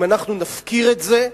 אם אנחנו נפקיר את זה,